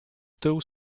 tył